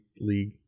league